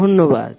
ধন্যবাদ